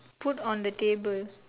put on the table